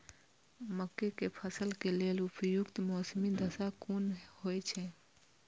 मके के फसल के लेल उपयुक्त मौसमी दशा कुन होए छै?